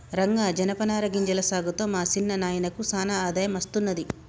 రంగా జనపనార గింజల సాగుతో మా సిన్న నాయినకు సానా ఆదాయం అస్తున్నది